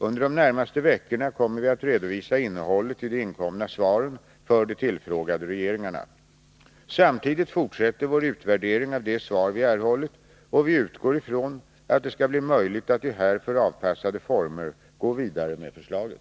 Under de närmaste veckorna kommer vi att redovisa innehållet i de inkomna svaren för de tillfrågade regeringarna. Samtidigt fortsätter vår utvärdering av de svar vi erhållit, och vi utgår ifrån att det skall bli möjligt att i härför avpassade former gå vidare med förslaget.